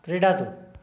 क्रीडतु